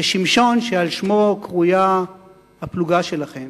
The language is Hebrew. שמשון, שעל שמו קרויה הפלוגה שלכם,